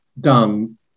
done